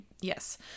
Yes